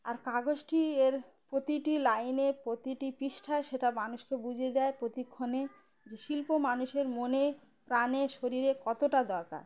আর কাগজটি এর প্রতিটি লাইনে প্রতিটি পৃষ্ঠায় সেটা মানুষকে বুঝিয়ে দেয় প্রতিক্ষণে যে শিল্প মানুষের মনে প্রাণে শরীরে কতটা দরকার